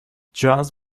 jazz